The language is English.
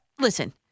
listen